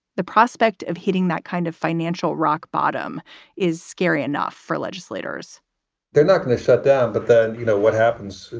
the prospect of hitting that kind of financial rock bottom is scary enough for legislators they're not going to shut down. but then you know what happens?